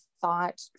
thought